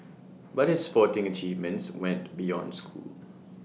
but his sporting achievements went beyond school